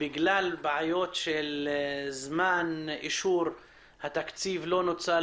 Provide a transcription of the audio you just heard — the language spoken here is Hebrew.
בגלל בעיות של זמן אישור התקציב לא נוצל,